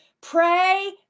Pray